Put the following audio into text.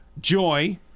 Joy